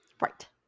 Right